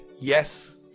yes